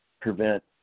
prevent